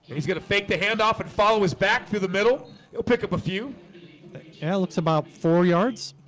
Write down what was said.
he's gonna fake the handoff and follow his back through the middle he'll pick up a few yeah, it's about four yards.